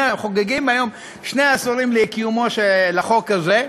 חוגגים היום שני עשורים לאי-קיומו של החוק הזה,